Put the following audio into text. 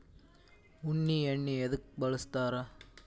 ಉಣ್ಣಿ ಎಣ್ಣಿ ಎದ್ಕ ಬಳಸ್ತಾರ್?